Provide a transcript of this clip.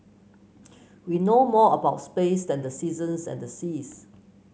we know more about space than the seasons and the seas